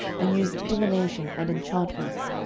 and used divination and enchantments,